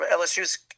LSU's